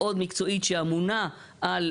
מניסיון שלי כמי שהייתה יושב ראש וועדה מקומית ויודעת